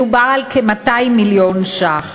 ומדובר על כ-200 מיליון שקל.